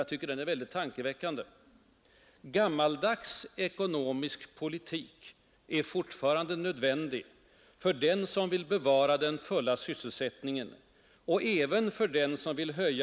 Jag tycker det är tankeväckande: ”Gammaldags ekonomisk politik är fortfarande nödvändig för den som vill bevara den fulla sysselsättningen och även för den som vill höja